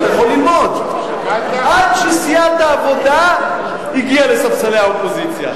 עד שסיעת העבודה הגיעה לספסלי האופוזיציה.